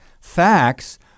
facts